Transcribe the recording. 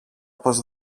πως